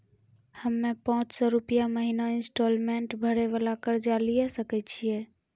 हम्मय पांच सौ रुपिया महीना इंस्टॉलमेंट भरे वाला कर्जा लिये सकय छियै?